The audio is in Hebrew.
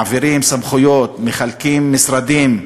מעבירים סמכויות, מחלקים משרדים,